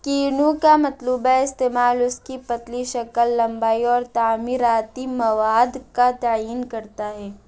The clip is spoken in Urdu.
کینو کا مطلوبہ استعمال اس کی پتلی شکل لمبائی اور تعمیراتی مواد کا تعین کرتا ہے